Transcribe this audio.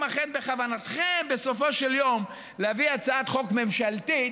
בכוונתכם בסופו של יום להביא הצעת חוק ממשלתית,